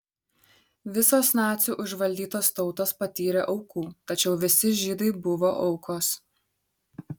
visos nacių užvaldytos tautos patyrė aukų tačiau visi žydai buvo aukos